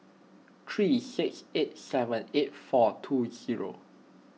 three six eight seven eight four two zero